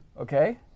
okay